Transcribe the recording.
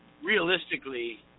realistically